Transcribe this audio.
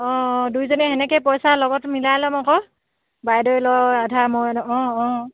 অঁ দুইজনী সেনেকেই পইচা লগত মিলাই ল'ম আকৌ বাইদেউ মই অঁ অঁ